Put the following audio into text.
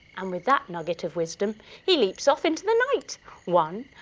and with that nugget of wisdom he leaps of into the night one.